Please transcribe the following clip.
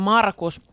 Markus